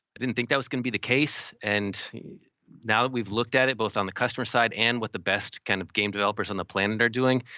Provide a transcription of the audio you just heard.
didn't think that was gonna be the case. and now that we've looked at it both on the customer side and with what the best kind of game developers on the planet are doing,